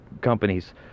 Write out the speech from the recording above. companies